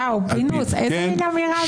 איזה מין אמירה זאת?